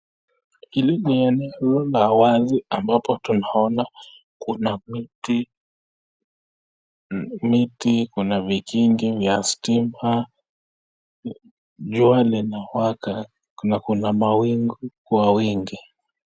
Hili ni eneo la wazi ambapo tunaona kuna miti, kuna vigingi vya stima jua linawaka na kuna mawingu kwa wingi.